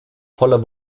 voller